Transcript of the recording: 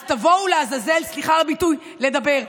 אז תבואו, לעזאזל, סליחה על הביטוי, לדבר.